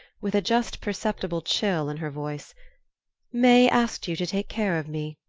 with a just perceptible chill in her voice may asked you to take care of me.